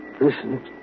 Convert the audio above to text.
Listen